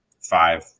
five